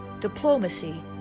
diplomacy